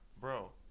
Bro